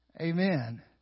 Amen